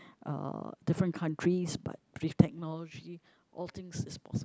uh different countries but with technology all things is possible